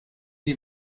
die